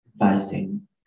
advising